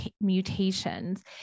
mutations